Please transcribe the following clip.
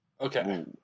Okay